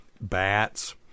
bats